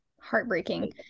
Heartbreaking